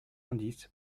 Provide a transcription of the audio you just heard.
indices